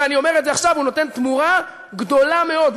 ואני אומר את זה עכשיו: הוא נותן תמורה גדולה מאוד,